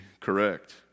correct